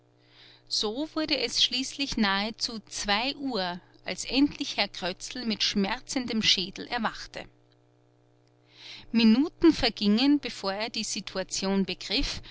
so wurde es schließlich nahezu zwei uhr als endlich herr krötzl mit schmerzendem schädel erwachte minuten vergingen bevor er die situation begriff